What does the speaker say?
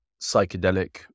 psychedelic